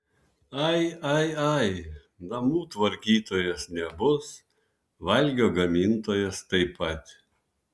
ai ai ai namų tvarkytojos nebus valgio gamintojos taip pat